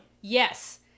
Yes